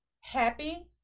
happy